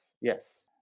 yes